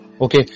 okay